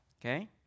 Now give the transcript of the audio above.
okay